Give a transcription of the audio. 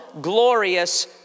glorious